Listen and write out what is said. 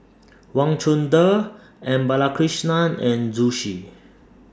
Wang Chunde M Balakrishnan and Zhu Xu